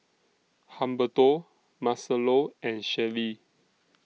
Humberto Marcelo and Shelli